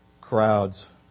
crowds